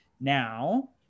Now